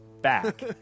back